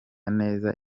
neza